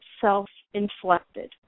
self-inflected